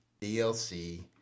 DLC